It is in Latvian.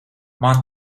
man